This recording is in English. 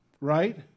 right